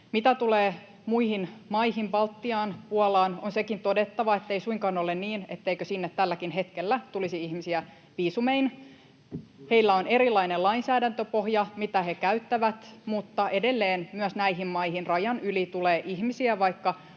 Mitä tulee muihin maihin, Baltiaan, Puolaan, on sekin todettava, ettei suinkaan ole niin, etteikö sinne tälläkin hetkellä tulisi ihmisiä viisumein. Heillä on erilainen lainsäädäntöpohja, mitä he käyttävät, mutta edelleen myös näihin maihin tulee ihmisiä rajan